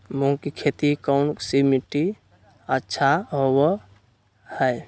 मूंग की खेती कौन सी मिट्टी अच्छा होबो हाय?